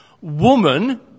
woman